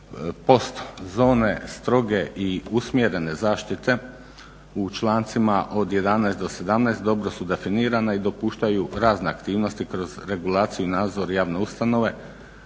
0,96% zone stroge i usmjerene zaštite u člancima od 11-17 dobro su definirane i dopuštaju razne aktivnosti kroz regulaciju i nadzor javne ustanove